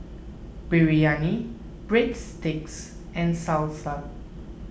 Biryani Breadsticks and Salsa